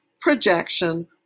projection